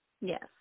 Yes